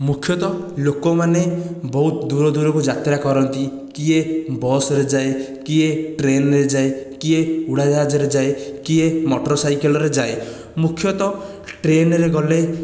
ମୁଖ୍ୟତଃ ଲୋକମାନେ ବହୁତ ଦୂର ଦୂରକୁ ଯାତ୍ରା କରନ୍ତି କିଏ ବସ୍ରେ ଯାଏ କିଏ ଟ୍ରେନରେ ଯାଏ କିଏ ଉଡ଼ାଜାହାଜରେ ଯାଏ କିଏ ମୋଟର ସାଇକେଲରେ ଯାଏ ମୁଖ୍ୟତଃ ଟ୍ରେନରେ ଗଲେ